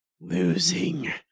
losing